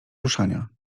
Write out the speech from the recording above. ruszania